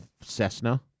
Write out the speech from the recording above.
Cessna